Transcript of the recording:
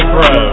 Pro